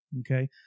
Okay